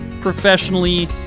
professionally